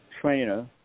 trainer